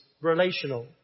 relational